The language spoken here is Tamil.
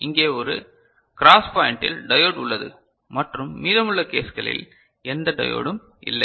எனவே இங்கே ஒரு கிராஸ் பாயிண்டில் டையோடு உள்ளது மற்றும் மீதமுள்ள கேஸ்களில் எந்த டையோடும் இல்லை